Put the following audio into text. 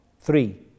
three